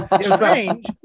strange